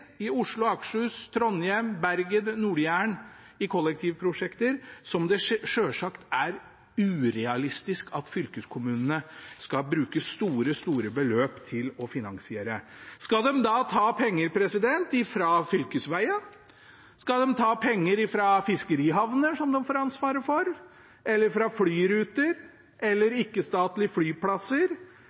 i Oslo, Akershus, Trondheim, Bergen og Nord-Jæren i kollektivprosjekter, som det selvsagt er urealistisk at fylkeskommunene skal bruke store, store beløp for å finansiere. Skal de da ta penger fra fylkesvegene? Skal de ta penger fra fiskerihavnene, som de får ansvaret for, fra flyruter, fra ikke-statlige flyplasser, eller fra bredbåndsutbygging eller